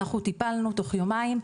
אנחנו טיפלנו תוך יומיים,